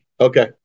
Okay